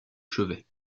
chevet